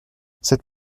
cette